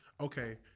okay –